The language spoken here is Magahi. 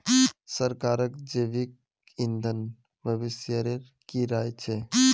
सरकारक जैविक ईंधन भविष्येर की राय छ